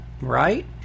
right